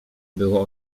było